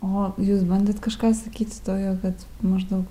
o jūs bandėt kažką sakyti tokio kad maždaug